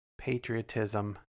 patriotism